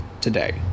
today